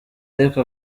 ariko